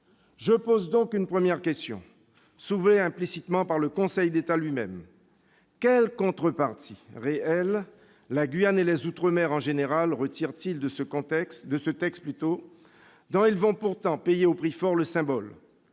Je pose donc une première question, soulevée implicitement par le Conseil d'État lui-même : quelles contreparties réelles la Guyane et les outre-mer en général retirent-ils de ce texte, symbole qu'ils vont pourtant payer au prix fort ? Hormis